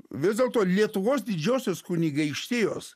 vis dėlto lietuvos didžiosios kunigaikštijos